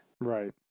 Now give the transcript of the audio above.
Right